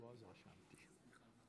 כבוד היושב-ראש, כנסת נכבדה,